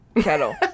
Kettle